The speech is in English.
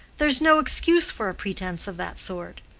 there's no excuse for a pretense of that sort.